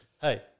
hey